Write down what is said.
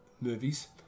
movies